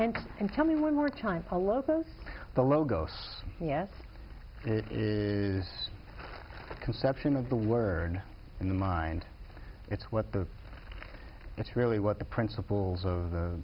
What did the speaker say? can tell me one more time i love those the logos yes it is conception of the word and the mind it's what the it's really what the principles of the